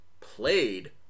Played